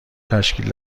تشکیل